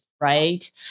Right